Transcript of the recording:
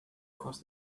cross